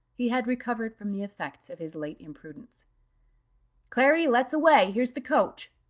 he had recovered from the effects of his late imprudence clary, let's away, here's the coach,